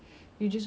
just to recharge